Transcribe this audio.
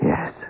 Yes